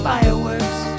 Fireworks